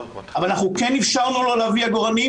אנחנו כן אפשרנו לו להביא עגורנים,